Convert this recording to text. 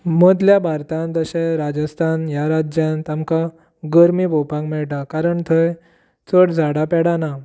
मदल्या भारतांत जशें राजस्थान ह्या राज्यांत आमकां गरमी पळोवपाक मेळटा कारण थंय चड झाडां पेडां नात